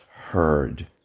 heard